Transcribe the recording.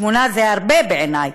שמונה זה הרבה בעיני,